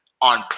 on